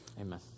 Amen